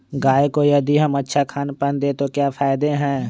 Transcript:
गाय को यदि हम अच्छा खानपान दें तो क्या फायदे हैं?